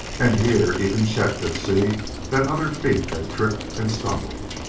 and here even chet could see that other feet had tripped and stumbled.